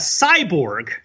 cyborg